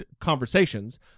conversations